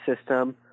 system